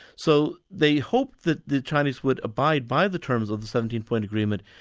so they hoped that the chinese would abide by the terms of the seventeen point agreement,